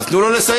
אז תנו לו לסיים.